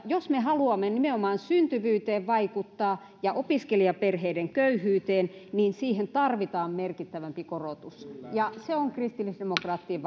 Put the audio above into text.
jos me haluamme nimenomaan syntyvyyteen ja opiskelijaperheiden köyhyyteen vaikuttaa niin siihen tarvitaan merkittävämpi korotus ja se on kristillisdemokraattien